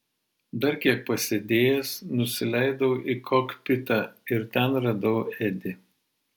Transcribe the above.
dar kiek pasėdėjęs nusileidau į kokpitą ir ten radau edį